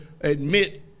admit